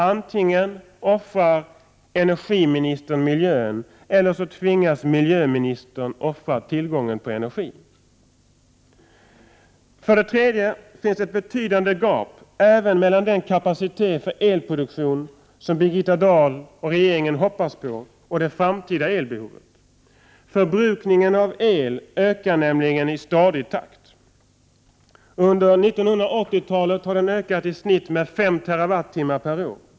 Antingen offrar energiministern miljön eller så tvingas miljöministern offra tillgången på energi. För det tredje finns det ett betydande gap även mellan den kapacitet för elproduktion som Birgitta Dahl och regeringen hoppas på och det framtida elbehovet. Förbrukningen av el ökar nämligen i stadig takt. Under 1980-talet har den i snitt ökat med 5 TWh per år.